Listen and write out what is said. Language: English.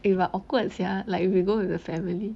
eh I awkward sia like if we go with the family